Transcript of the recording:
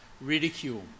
ridicule